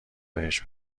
بهش